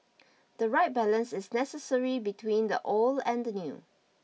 the right balance is necessary between the old and the new